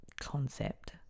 concept